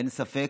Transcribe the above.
אין ספק.